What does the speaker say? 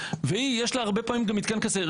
והיא יש לה הרבה פעמים גם מתקן כזה.